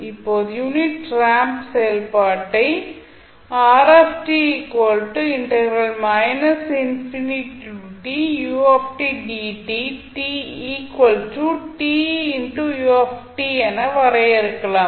இப்போது unit ramp செயல்பாட்டை என வரையறுக்கலாம்